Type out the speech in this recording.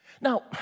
Now